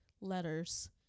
letters